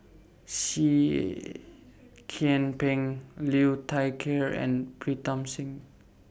Seah Kian Peng Liu Thai Ker and Pritam Singh